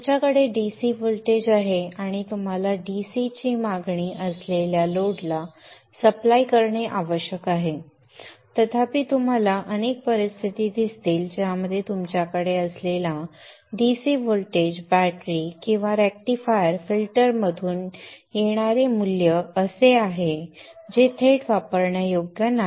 तुमच्याकडे DC voltage आहे आणि तुम्हाला DC ची मागणी असलेल्या लोडला सप्लाय करणे आवश्यक आहे तथापि तुम्हाला अनेक परिस्थिती दिसतील ज्यामध्ये तुमच्याकडे असलेला DC व्होल्टेज बॅटरी किंवा रेक्टिफायर फिल्टरमधून येणारे मूल्य असे आहे जे थेट वापरण्यायोग्य नाही